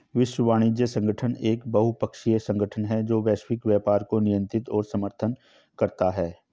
विश्व वाणिज्य संगठन एक बहुपक्षीय संगठन है जो वैश्विक व्यापार को नियंत्रित और समर्थन करता है